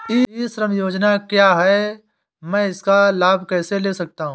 ई श्रम योजना क्या है मैं इसका लाभ कैसे ले सकता हूँ?